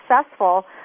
successful